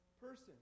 person